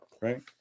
right